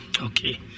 Okay